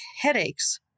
headaches